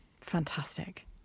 Fantastic